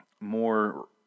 More